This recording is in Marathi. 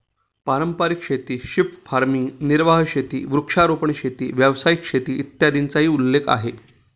पारंपारिक शेती, शिफ्ट फार्मिंग, निर्वाह शेती, वृक्षारोपण शेती, व्यावसायिक शेती, इत्यादींचाही उल्लेख आहे